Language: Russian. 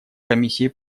комиссии